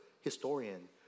historian